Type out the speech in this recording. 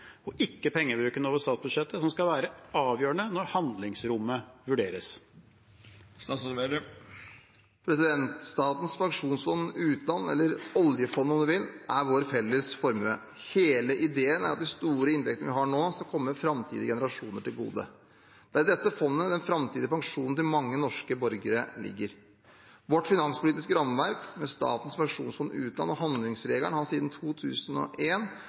og ikke pengebruken over statsbudsjettet som skal være avgjørende når handlingsrommet vurderes?» Statens pensjonsfond utland, eller oljefondet om du vil, er vår felles formue. Hele ideen er at de store inntektene vi har nå, skal komme framtidige generasjoner til gode. Det er i dette fondet den framtidige pensjonen til mange norske borgere ligger. Vårt finanspolitiske rammeverk, med Statens pensjonsfond utland og handlingsregelen, har siden